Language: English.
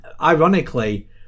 ironically